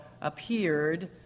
appeared